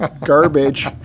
garbage